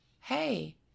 Hey